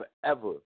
forever